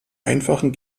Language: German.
einfachen